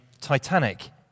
Titanic